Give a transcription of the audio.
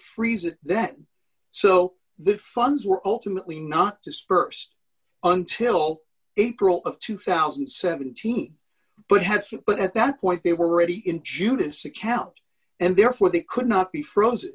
freeze it then so that funds were ultimately not dispersed until april of two thousand and seventeen but have but at that point they were already in judas account and therefore they could not be frozen